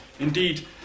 Indeed